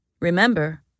Remember